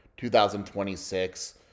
2026